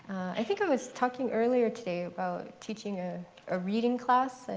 i think i was talking, earlier today, about teaching a ah reading class. and